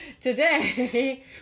today